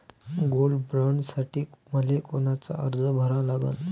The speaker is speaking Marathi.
गोल्ड बॉण्डसाठी मले कोनचा अर्ज भरा लागन?